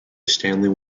stanley